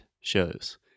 shows